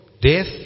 death